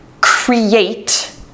create